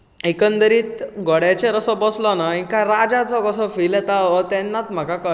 एकंदरीत घोड्याचेर असो बसलो ना एका राजाचो कसो फील येता हो तेन्नाच म्हाका कळ्ळें